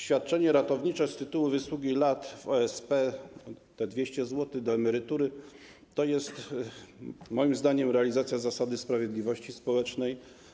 Świadczenie ratownicze z tytułu wysługi lat w OSP, 200 zł do emerytury, to jest, moim zdaniem, realizacja zasady sprawiedliwości społecznej.